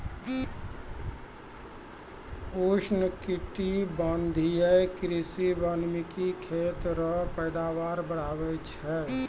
उष्णकटिबंधीय कृषि वानिकी खेत रो पैदावार बढ़ाबै छै